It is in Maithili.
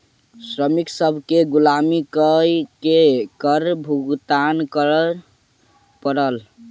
श्रमिक सभ केँ गुलामी कअ के कर भुगतान करअ पड़ल